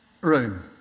room